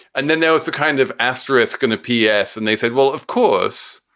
and then there was the kind of asterisk and p s. and they said, well, of course,